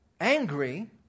angry